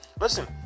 listen